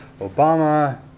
Obama